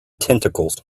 tentacles